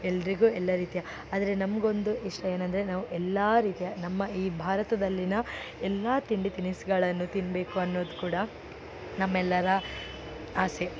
ಎಲ್ಲರಿಗೂ ಎಲ್ಲ ರೀತಿಯ ಆದರೆ ನಮಗೊಂದು ಇಷ್ಟ ಏನಂದರೆ ನಾವು ಎಲ್ಲ ರೀತಿಯ ನಮ್ಮ ಈ ಭಾರತದಲ್ಲಿಯ ಎಲ್ಲ ತಿಂಡಿ ತಿನಿಸುಗಳನ್ನು ತಿನ್ನಬೇಕು ಅನ್ನೋದು ಕೂಡ ನಮ್ಮೆಲ್ಲರ ಆಸೆ